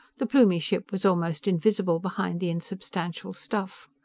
the plumie ship was almost invisible behind the unsubstantial stuff.